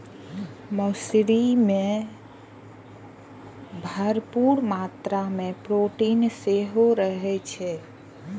मौसरी मे भरपूर मात्रा मे प्रोटीन सेहो रहै छै